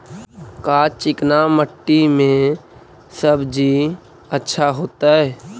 का चिकना मट्टी में सब्जी अच्छा होतै?